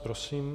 Prosím.